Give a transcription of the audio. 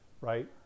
right